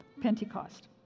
Pentecost